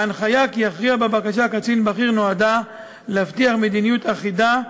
ההנחיה כי יכריע בבקשה קצין בכיר נועדה להבטיח מדיניות אחידה,